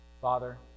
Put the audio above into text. Father